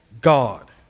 God